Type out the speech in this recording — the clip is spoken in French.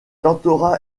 tentera